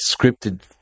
scripted